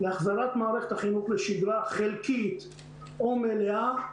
להחזרת מערכת החינוך לשגרה חלקית או מלאה,